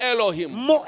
Elohim